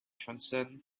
transcend